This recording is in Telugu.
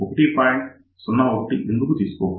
01 ఎందుకు తీసుకోకూడదు